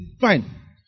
Fine